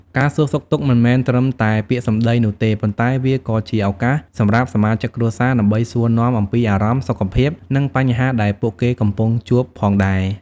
ការសួរសុខទុក្ខមិនមែនត្រឹមតែពាក្យសម្ដីនោះទេ ប៉ុន្តែវាក៏ជាឱកាសសម្រាប់សមាជិកគ្រួសារដើម្បីសួរនាំអំពីអារម្មណ៍ សុខភាព និងបញ្ហាដែលពួកគេកំពុងជួបផងដែរ។